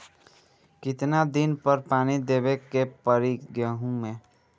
कितना दिन पर पानी देवे के पड़ी गहु में?